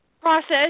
process